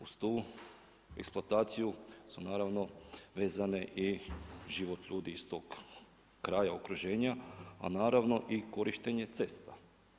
Uz tu eksploataciju su naravno vezane i život ljudi i stoka, kraja okruženja, a naravno i korištenje cesta.